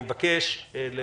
תודה.